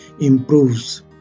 improves